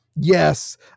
Yes